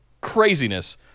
craziness